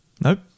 Nope